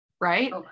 right